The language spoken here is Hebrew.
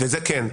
וזה כן,